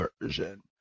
version